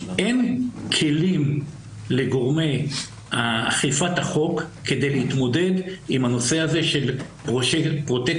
אין כלים לגורמי אכיפת החוק כדי להתמודד עם הנושא הזה של פרוטקשן,